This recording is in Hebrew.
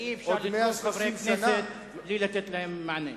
אי-אפשר לתקוף חברי כנסת בלי לתת להם מענה.